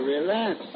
Relax